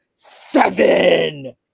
Seven